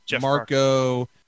Marco